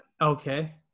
Okay